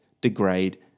degrade